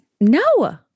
No